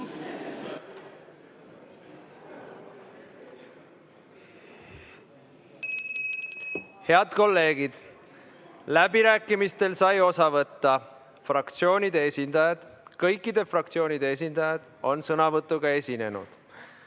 Head kolleegid, läbirääkimistest said osa võtta fraktsioonide esindajad. Kõikide fraktsioonide esindajad on sõnavõtuga esinenud.